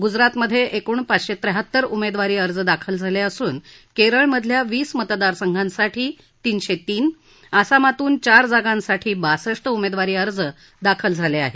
गुजरातमध्ये एकूण पाचशे त्र्याहत्तर उमेदवारी अर्ज दाखल झाले असून केरळमधल्या वीस मतदारसंघांसाठी तीनशे तीन आसामातून चार जागांसाठी बासष्ट उमेदवारी अर्ज दाखल झाले आहेत